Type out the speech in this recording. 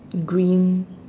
green